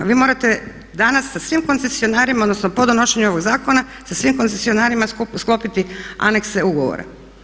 Vi morate danas sa svim koncesionarima, odnosno po donošenju ovog zakona sa svim koncesionarima sklopiti anekse ugovora.